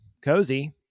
cozy